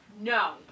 No